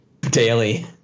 daily